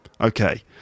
Okay